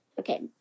Okay